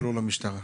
ולא למשטרה.